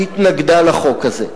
התנגדה לחוק הזה.